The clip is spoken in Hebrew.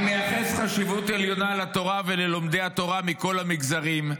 אני מייחס חשיבות עליונה לתורה וללומדי התורה מכל המגזרים.